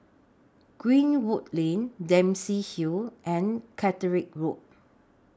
Greenwood Lane Dempsey Hill and Catterick Road